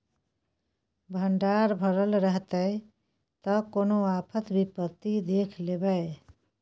भंडार भरल रहतै त कोनो आफत विपति देख लेबै